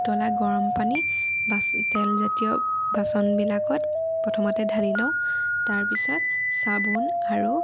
উতলা গৰমপানী বাচ তেল জাতীয় বাচনবিলাকত প্ৰথমতে ঢালি লওঁ তাৰ পাছত চাবোন আৰু